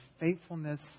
faithfulness